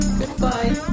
Goodbye